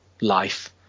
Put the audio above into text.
life